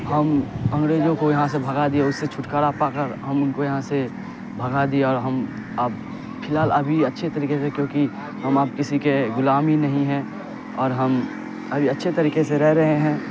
ہم انگریزوں کو یہاں سے بھگا دیے اس سے چھٹکارا پا کر ہم ان کو یہاں سے بھگا دیا ہم اب فی الحال ابھی اچھے طریقے سے کیوںکہ ہم اب کسی کے غلامی نہیں ہیں اور ہم ابھی اچھے طریقے سے رہ رہے ہیں